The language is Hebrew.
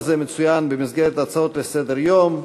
היום הזה מצוין במסגרת הצעות לסדר-יום.